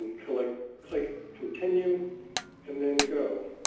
click click continue and then go.